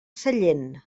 sallent